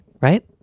Right